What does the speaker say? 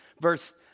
verse